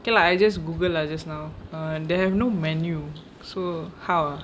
okay lah I just google lah just now they have no menu so how ah